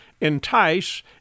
entice